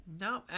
No